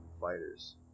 fighters